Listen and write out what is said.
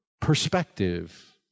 perspective